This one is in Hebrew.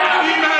שלכם.